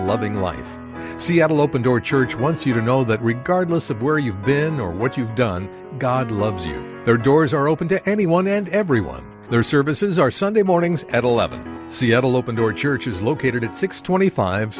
loving life she had an open door church once you don't know but regardless of where you've been or what you've done god loves you there doors are open to anyone and everyone their services are sunday mornings at eleven seattle open door church is located at six twenty five